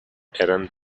eran